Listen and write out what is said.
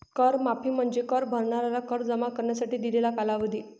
कर माफी म्हणजे कर भरणाऱ्यांना कर जमा करण्यासाठी दिलेला कालावधी